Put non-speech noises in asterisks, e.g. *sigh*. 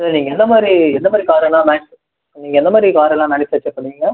sir நீங்கள் எந்த மாதிரி எந்த மாதிரி காரெல்லாம் மேனுஃபேக்ச்சரிங் *unintelligible* நீங்கள் எந்த மாதிரி காரெல்லாம் மேனுஃபேக்ச்சர் பண்ணுறீங்க